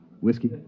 Whiskey